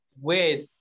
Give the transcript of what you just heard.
weird